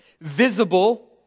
Visible